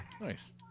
nice